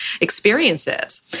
experiences